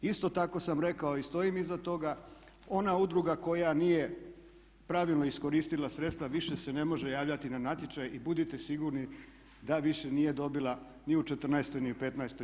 Isto tako sam rekao i stojim iza toga ona udruga koja nije pravilno iskoristila sredstva više se ne može javljati na natječaj i budite sigurni da više nije dobila ni u 2014., ni u 2015.